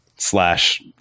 slash